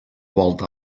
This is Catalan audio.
volta